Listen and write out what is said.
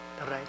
right